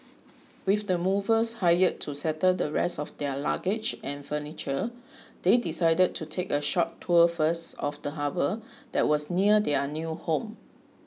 with the movers hired to settle the rest of their luggage and furniture they decided to take a short tour first of the harbour that was near their new home